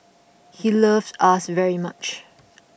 he loved us very much